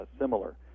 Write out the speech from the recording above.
similar